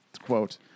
quote